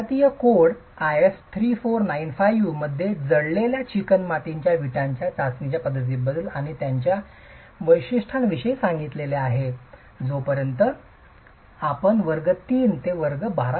भारतीय code IS 3495 मध्ये जळलेल्या चिकणमातीच्या वीटांच्या चाचणीच्या पद्धतींबद्दल आणि त्यातील वैशिष्ट्यांविषयी सांगण्यात आले आहे जोपर्यंत आपण वर्ग 3 ते वर्ग 12